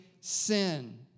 sin